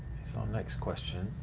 next question.